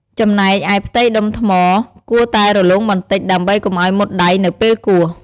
ចំណែកឯផ្ទៃដុំថ្មគួរតែរលោងបន្តិច ដើម្បីកុំឱ្យមុតដៃនៅពេលគោះ។